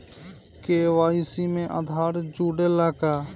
KYC में आधार जुड़े ला का?